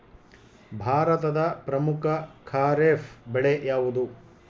ಭಾರತದ ಪ್ರಮುಖ ಖಾರೇಫ್ ಬೆಳೆ ಯಾವುದು?